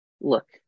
look